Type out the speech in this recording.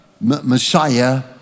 Messiah